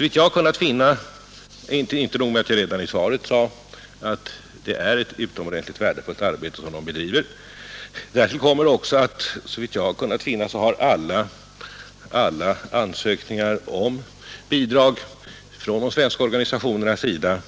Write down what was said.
Inte nog med att jag sagt i svaret att dessa organisationer bedriver ett utomordentligt värdefullt arbete, därtill kommer också att såvitt jag har kunnat finna har alla bidragsansökningar från dessa organisationer bifallits av SIDA